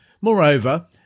Moreover